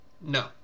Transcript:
No